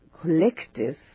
collective